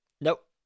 Nope